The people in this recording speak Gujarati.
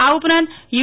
આ ઉપરાંત યુ